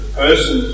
person